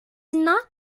not